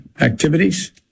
activities